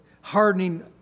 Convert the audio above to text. hardening